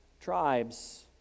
Tribes